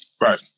Right